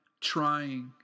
trying